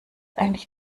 eigentlich